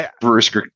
Bruce